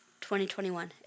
2021